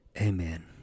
Amen